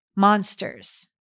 Monsters